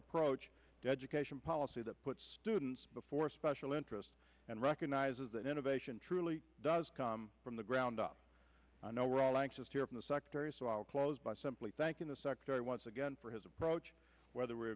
approach education policy that puts students before special interest and recognizes that innovation truly does come from the ground up i know we're all anxious to hear from the secretary so i'll close by simply thanking the secretary once again for his approach whether we